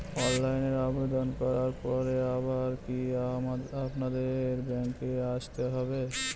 অনলাইনে আবেদন করার পরে আবার কি আপনাদের ব্যাঙ্কে আসতে হবে?